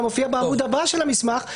וזה מופיע בעמוד הבא של המסמך,